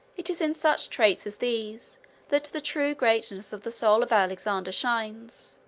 it is in such traits as these that the true greatness of the soul of alexander shines.